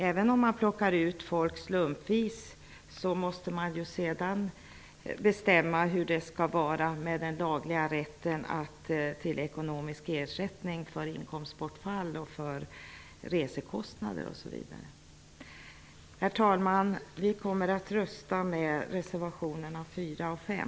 Även om folk utväljs slumpvis, måste man bestämma hur det skall vara med den lagliga rätten till ekonomisk ersättning för inkomstbortfall, resekostnader osv. Herr talman! Vi kommer att rösta för reservationerna 4 och 5.